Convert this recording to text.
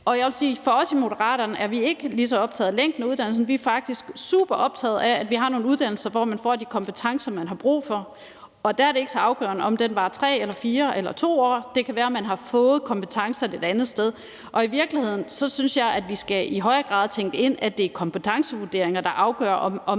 Og jeg vil sige, at i Moderaterne er vi ikke lige så optaget af længden af uddannelsen. Vi er faktisk super optaget af, at vi har nogle uddannelser, hvor man får de kompetencer, man har brug for, og der er det ikke så afgørende, om den varer 3 eller 4 eller 2 år. Det kan være, man har fået kompetencerne et andet sted. Og i virkeligheden synes jeg, at vi i højere grad skal tænke ind, at det er kompetencevurderinger, der afgør, om